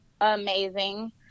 amazing